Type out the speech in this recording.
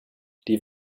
die